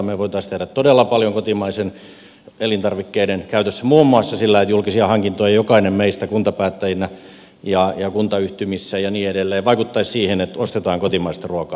me voisimme tehdä todella paljon kotimaisten elintarvikkeiden käytössä muun muassa sillä että julkisissa hankinnoissa jokainen meistä kuntapäättäjinä ja kuntayhtymissä ja niin edelleen vaikuttaisi siihen että ostetaan kotimaista ruokaa